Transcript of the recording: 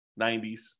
90s